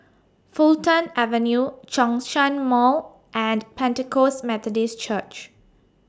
Fulton Avenue Zhongshan Mall and Pentecost Methodist Church